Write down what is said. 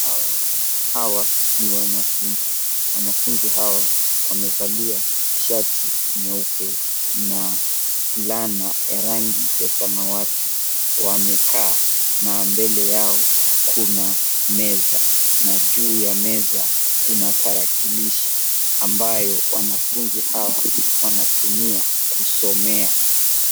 Hawa ni wanafunzi. Wanafunzi hawa, wamevalia shati nyeupe na fulana ya rangi ya samawati. Wamekaa na mbele yao kuna meza. Na juu ya meza kuna tarakilishi ambayo wanafunzi hawa wanatumia kusomea.